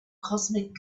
cosmic